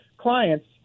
clients